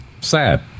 Sad